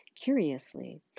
Curiously